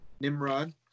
Nimrod